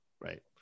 Right